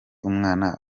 umwana